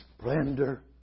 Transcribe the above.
splendor